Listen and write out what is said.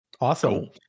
Awesome